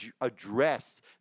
address